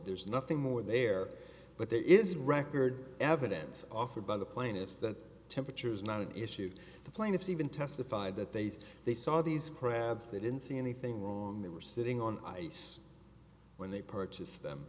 there's nothing more there but there is record evidence offered by the plaintiffs that temperature is not an issue the plaintiffs even testified that they said they saw these perhaps they didn't see anything wrong they were sitting on ice when they purchased them